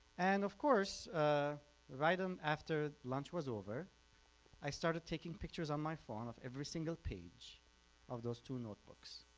and of course right on um after lunch was over i started taking pictures on my phone of every single page of those two notebooks.